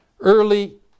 early